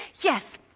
yes